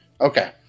Okay